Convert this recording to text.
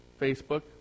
facebook